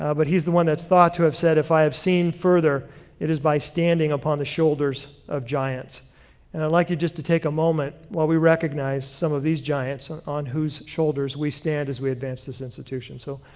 ah but he's the one that's thought to have said, if i have seen further it is by standing upon the shoulders of giants. and i'd like you just to take a moment while we recognize some of these giants on on whose shoulders we stand as we advance this institution. so,